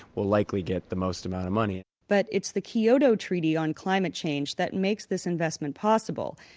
will likely get the most amount of money but it's the kyoto treaty on climate change that makes this investment possible.